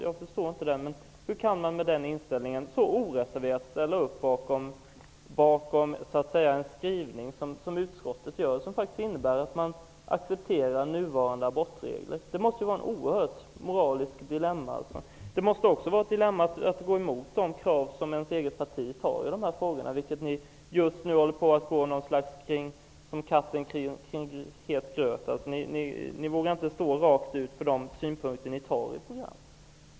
Jag förstår inte hur man med den inställningen så oreserverat kan ställa upp bakom utskottets skrivning. Det innebär ju att man accepterar nuvarande abortregler. Det måste vara ett oerhört stort dilemma. Det måste också vara ett dilemma att gå emot de krav som ens parti står för i dessa frågor. Just nu går ni som katten kring het gröt. Ni vågar inte säga rakt ut att ni står för de synpunkter som finns i ert program.